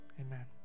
Amen